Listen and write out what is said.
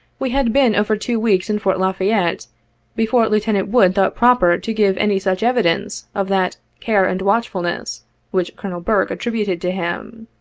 we had been over two weeks in fort la fayette before lieutenant wood thought proper to give any such evidence of that care and watchful ness which colonel burke attributed to him.